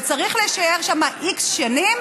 וצריך להישאר שם x שנים,